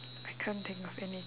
I can't think of any